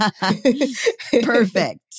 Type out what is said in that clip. Perfect